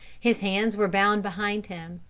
his hands were bound behind him,